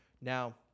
Now